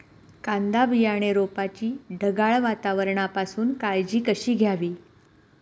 कांदा बियाणे रोपाची ढगाळ वातावरणापासून काळजी कशी घ्यावी?